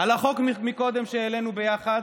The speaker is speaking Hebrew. החוק שהעלינו קודם יחד,